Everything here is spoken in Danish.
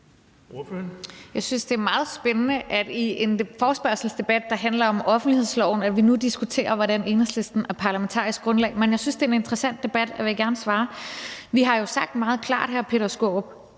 Jeg synes, det er meget spændende, at i en forespørgselsdebat, der handler om offentlighedsloven, diskuterer vi nu, hvordan Enhedslisten er parlamentarisk grundlag. Men jeg synes, det er en interessant debat, og jeg vil gerne svare. Vi har jo sagt meget klart, hr. Peter Skaarup,